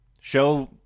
Show